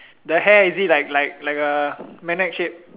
the hair is it like like like a magnet shape